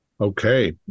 Okay